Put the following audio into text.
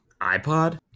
iPod